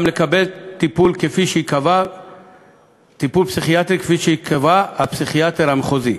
גם לקבל טיפול פסיכיאטרי כפי שיקבע הפסיכיאטר המחוזי.